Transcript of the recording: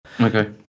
Okay